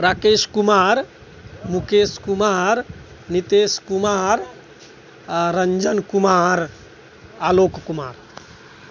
Rakesh Kumar Mukesh Kumar Nitesh Kumar Ranjan Kumar Alok Kumar